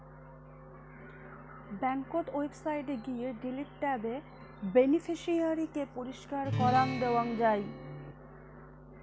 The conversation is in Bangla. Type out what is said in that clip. ব্যাংকোত ওয়েবসাইটে গিয়ে ডিলিট ট্যাবে বেনিফিশিয়ারি কে পরিষ্কার করাং দেওয়াং যাই